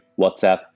WhatsApp